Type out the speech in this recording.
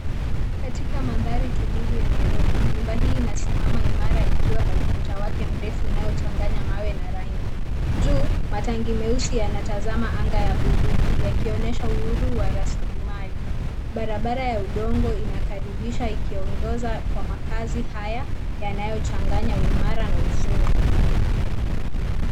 Katika mandhari tulivu ya Nairobi, nyumba hii inasimama imara ikiwa na ukuta wake mrefu unaochanganya mawe na rangi. Juu, matangi meusi yanatazama anga ya buluu yakionyesha uhuru wa rasilimali. Barabara ya udongo inakaribisha ikiongoza kwa makaazi haya yanayochanganya uimara na uzuri.